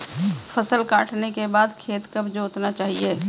फसल काटने के बाद खेत कब जोतना चाहिये?